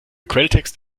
quelltext